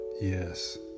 Yes